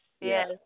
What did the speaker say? yes